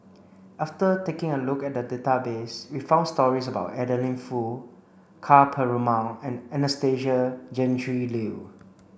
after taking a look at the database we found stories about Adeline Foo Ka Perumal and Anastasia Tjendri Liew